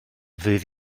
ddydd